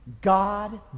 God